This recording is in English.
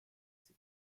city